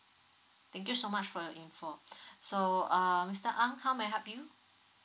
thank you so much for your info so um mr ang how may I help you